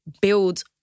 build